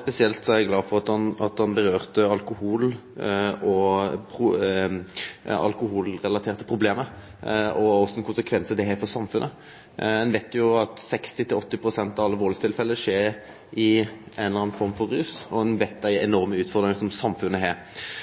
Spesielt er eg glad for at han nemnde alkohol og alkoholrelaterte problem, og kva for konsekvensar det har for samfunnet. Ein veit at 60–80 pst. av alle valdstilfella skjer under påverknad av ei eller anna form for rus, og ein veit det er ei enorm utfordring som samfunnet har.